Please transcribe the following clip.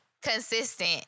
consistent